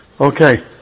Okay